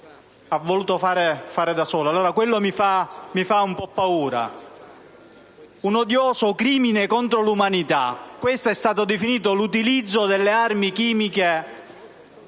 ha voluto fare da solo: questo mi fa un po' paura. «Un odioso crimine contro l'umanità»: così è stato definito l'utilizzo delle armi chimiche